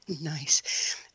Nice